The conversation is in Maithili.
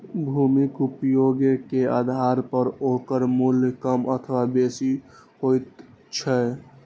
भूमिक उपयोगे के आधार पर ओकर मूल्य कम अथवा बेसी होइत छैक